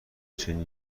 چنین